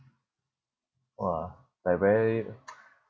!wah! like very